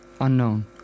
unknown